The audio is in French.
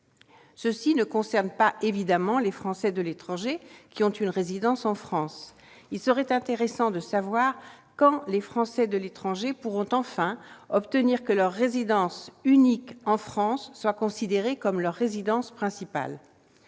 Cela ne concerne pas, évidemment, les Français de l'étranger qui ont une résidence en France. Il serait intéressant de savoir quand les Français de l'étranger pourront enfin obtenir que leur résidence unique en France soit considérée comme leur résidence principale.